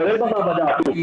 כולל במעבדה הטורקית?